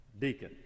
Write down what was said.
deacon